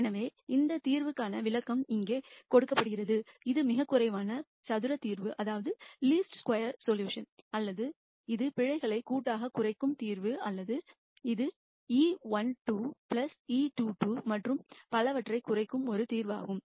எனவே இந்த தீர்வுக்கான விளக்கம் இங்கே கொடுக்கப்படுகிறது இது மிகக் லீஸ்ட் ஸ்கோயர் சொல்யுஷன் அல்லது இது பிழைகளை கூட்டாகக் குறைக்கும் தீர்வு அல்லது இது e12 e22 மற்றும் பலவற்றைக் குறைக்கும் ஒரு தீர்வாகும்